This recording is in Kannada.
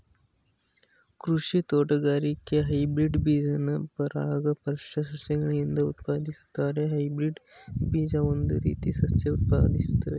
ಕೃಷಿ ತೋಟಗಾರಿಕೆಲಿ ಹೈಬ್ರಿಡ್ ಬೀಜನ ಪರಾಗಸ್ಪರ್ಶ ಸಸ್ಯಗಳಿಂದ ಉತ್ಪಾದಿಸ್ತಾರೆ ಹೈಬ್ರಿಡ್ ಬೀಜ ಒಂದೇ ರೀತಿ ಸಸ್ಯ ಉತ್ಪಾದಿಸ್ತವೆ